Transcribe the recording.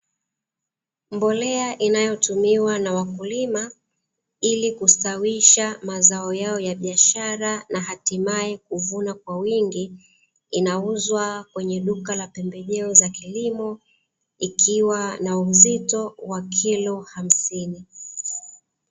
Mbolea inayotumiwa na wakulima ili kustawisha mazao yao ya biashara, na hatimaye kuvuna kwa wingi, inauzwa kwenye duka la pembejeo za kilimo, ikiwa na uzito wa kilo hamsini.